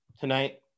tonight